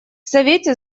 совете